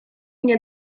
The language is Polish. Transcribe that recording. mnie